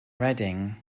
reading